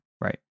right